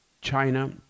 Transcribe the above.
China